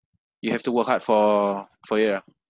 you have to work hard for for it ah